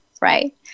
right